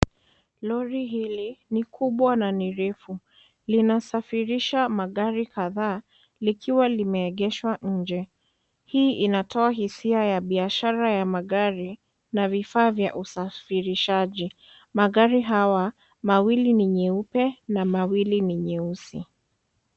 Lori hili ni kubwa nani refu, linasafirisha magari kadhaa likiwa limeegeshwa nje, hii inatoa hisia ya biashara ya magari na vifaa vya usafirishaji, magari hawa mawili ni nyeupe na mawili ni nyeusi.